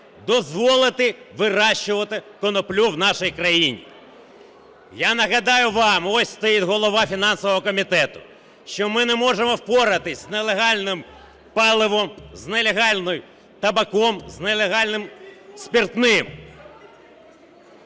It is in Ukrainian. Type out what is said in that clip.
дозволити вирощувати коноплю в нашій країні. Я нагадаю вам, ось стоять голова фінансового комітету, що ми не можемо впоратися з нелегальним паливом, з нелегальним табаком, з нелегальним спиртным.